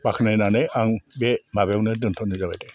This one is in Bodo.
बाख्नायनानै आं बे माबायावनो दोनथ'नाय जाबाय दे